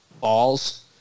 balls